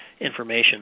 information